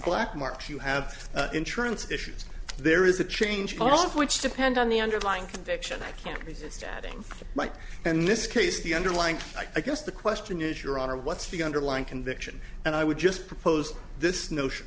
black marks you have insurance issues there is a change going on which depend on the underlying fiction i can't resist adding mike in this case the underlying i guess the question is your honor what's the underlying conviction and i would just propose this notion